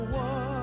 one